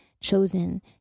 chosen